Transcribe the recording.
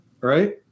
right